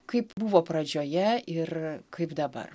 kaip buvo pradžioje ir kaip dabar